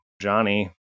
Johnny